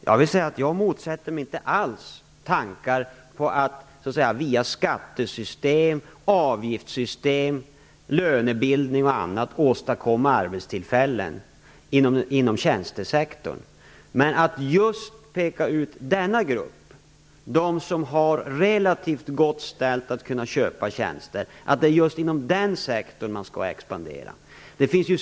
Fru talman! Jag motsätter mig alls inte tankar på att via t.ex. skattesystem, avgiftssystem och lönebildning åstadkomma arbetstillfällen inom tjänstesektorn. Men att just peka ut en grupp som har det relativt gott ställt och som har möjlighet att köpa tjänster och att låta den sektorn expandera är en annan sak.